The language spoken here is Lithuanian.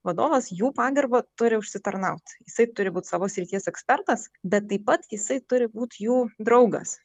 vadovas jų pagarbą turi užsitarnaut jisai turi būt savo srities ekspertas bet taip pat jisai turi būt jų draugas